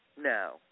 No